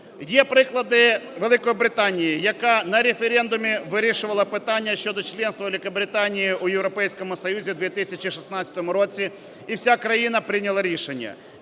Є приклади Великобританії, яка на референдумі вирішувала питання щодо членства Великобританії в Європейському Союзі в 2016 році, і вся країна прийняла рішення.